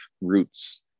roots